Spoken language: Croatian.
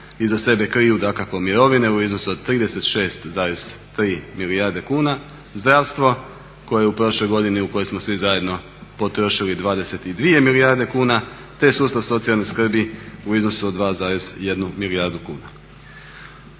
iza sebe kriju dakako mirovine u iznosu od 36,3 milijarde kuna. Zdravstvo koje je u prošloj godini u kojoj smo svi zajedno potrošili 22 milijarde kuna, te sustav socijalne skrbi u iznosu od 2,1 milijardu kuna.